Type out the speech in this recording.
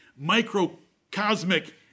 microcosmic